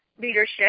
leadership